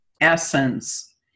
essence